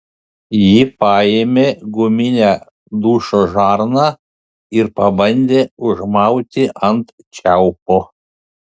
ji paėmė guminę dušo žarną ir pabandė užmauti ant čiaupo